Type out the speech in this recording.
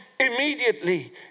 Immediately